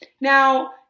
now